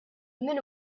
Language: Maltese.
min